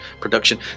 production